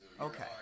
Okay